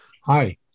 Hi